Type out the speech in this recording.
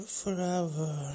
forever